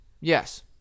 Yes